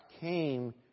came